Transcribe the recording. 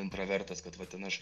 intravertas kad va ten aš